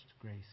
grace